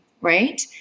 Right